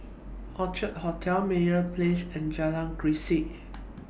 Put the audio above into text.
Orchard Hotel Meyer Place and Jalan Grisek